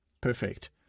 Perfect